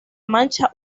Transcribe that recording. mancha